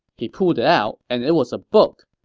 he pulled it out and it was a book,